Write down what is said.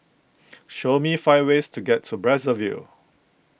show me five ways to get to Brazzaville